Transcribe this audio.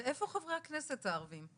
ואיפה חברי הכנסת הערבים?